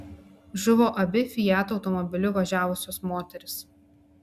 žuvo abi fiat automobiliu važiavusios moterys